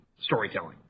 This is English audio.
storytelling